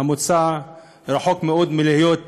המוצע רחוק מאוד מלהיות